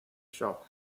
shop